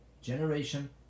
generation